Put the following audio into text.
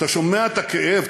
אתה שומע את הכאב,